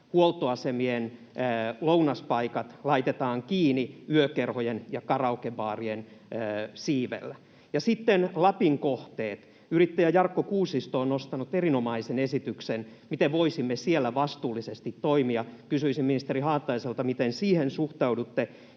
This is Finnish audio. huoltoasemien lounaspaikat laitetaan kiinni yökerhojen ja karaokebaarien siivellä? Sitten Lapin kohteet: Yrittäjä Jarkko Kuusisto on nostanut erinomaisen esityksen, miten voisimme siellä vastuullisesti toimia. Kysyisin ministeri Haataiselta: miten siihen suhtaudutte?